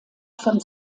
von